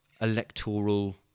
electoral